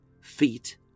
feet